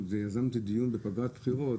יזמתי דיון בפגרת בחירות